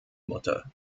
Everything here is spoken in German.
mutter